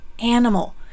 animal